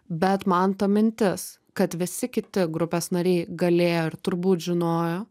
bet man ta mintis kad visi kiti grupės nariai galėjo ir turbūt žinojo